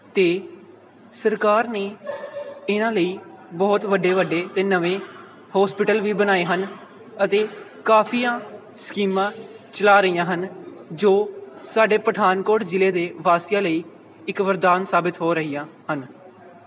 ਅਤੇ ਸਰਕਾਰ ਨੇ ਇਹਨਾਂ ਲਈ ਬਹੁਤ ਵੱਡੇ ਵੱਡੇ ਅਤੇ ਨਵੇਂ ਹੋਸਪਿਟਲ ਵੀ ਬਣਾਏ ਹਨ ਅਤੇ ਕਾਫੀ ਸਕੀਮਾਂ ਚਲਾ ਰਹੀਆਂ ਹਨ ਜੋ ਸਾਡੇ ਪਠਾਨਕੋਟ ਜ਼ਿਲ੍ਹੇ ਦੇ ਵਾਸੀਆਂ ਲਈ ਇੱਕ ਵਰਦਾਨ ਸਾਬਿਤ ਹੋ ਰਹੀਆਂ ਹਨ